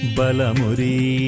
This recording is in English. Balamuri